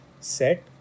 set